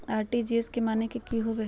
RTGS के माने की होबो है?